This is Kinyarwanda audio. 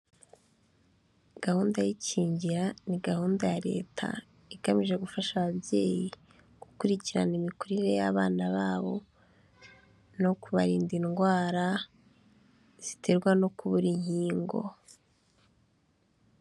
Gahunda y'ikingira ni gahunda ya leta igamije gufasha ababyeyi gukurikirana imikurire y'abana babo no kubarinda indwara ziterwa no kubura inkingo.